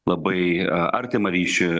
labai artimą ryšį